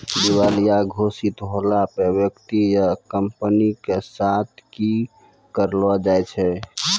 दिबालिया घोषित होला पे व्यक्ति या कंपनी के साथ कि करलो जाय छै?